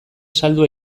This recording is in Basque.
saldu